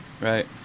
right